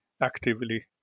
actively